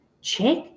Check